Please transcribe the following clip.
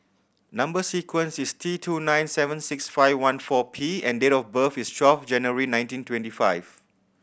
number sequence is T two nine seven six five one four P and date of birth is twelve January nineteen twenty five